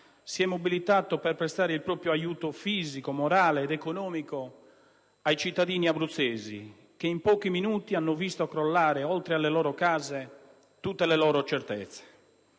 si è mobilitato per prestare il proprio aiuto fisico, morale ed economico ai cittadini abruzzesi, che in pochi minuti hanno visto crollare, oltre alle loro case, tutte le loro certezze.